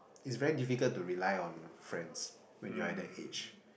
is very difficult to rely on friends when you at that age